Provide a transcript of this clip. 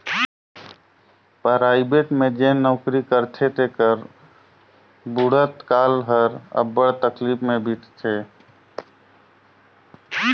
private में जेन नउकरी करथे तेकर बुढ़त काल हर अब्बड़ तकलीफ में बीतथे